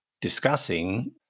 discussing